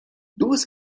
duas